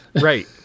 right